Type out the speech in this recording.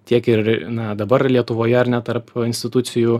tiek ir na dabar lietuvoje ar ne tarp institucijų